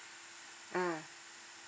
mm